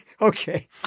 Okay